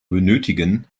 benötigen